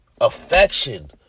affection